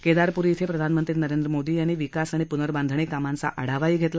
केदारपूरी इथं प्रधानमंत्री नरेंद्र मोदी यांनी काल विकास आणि पूनर्बांधणी कामांचा आढावाही घेतला